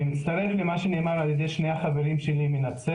אני מצטרף למה שנאמר על ידי שני החברים של מנצרת,